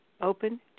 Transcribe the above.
open